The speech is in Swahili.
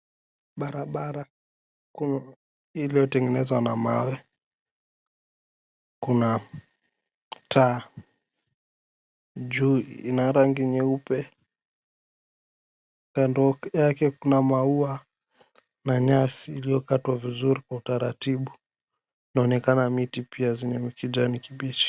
Barabara ilio tengenezwa na mawe, kuna taa juu, ina rangi nyeupe. Kando yake kuna maua na nyasi ilio katwa vizuri kwa utaratibu inaonekana miti za rangi ya kijani kibichi.